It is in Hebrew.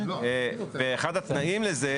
ואחד התנאים לזה,